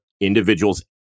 individuals